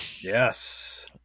Yes